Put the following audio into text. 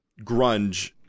grunge